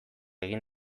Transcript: egin